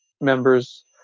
members